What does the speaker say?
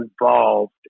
involved